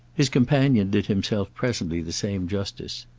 his companion did himself presently the same justice.